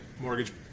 mortgage